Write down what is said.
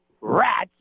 rats